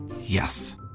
Yes